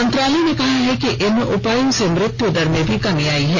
मंत्रालय ने कहा है कि इन उपायों से मृत्यु दर में भी कमी आई है